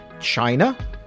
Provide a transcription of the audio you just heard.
China